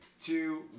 two